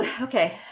Okay